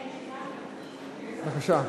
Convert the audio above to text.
בבקשה.